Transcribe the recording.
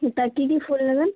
তা কী কী ফুল নেবেন